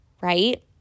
right